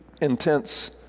intense